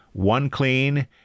OneClean